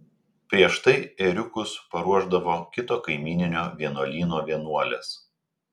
prieš tai ėriukus paruošdavo kito kaimyninio vienuolyno vienuolės